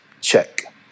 Check